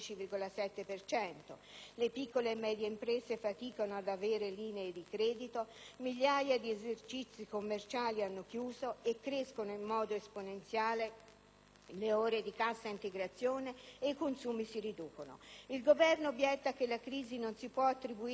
le piccole e medie imprese faticano ad avere linee di credito; migliaia di esercizi commerciali hanno chiuso; crescono in modo esponenziale le ore di cassa integrazione; i consumi si riducono. Il Governo obietta che la crisi non si può attribuire alla sua responsabilità,